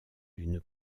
d’une